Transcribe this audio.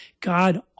God